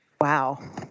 Wow